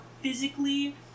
physically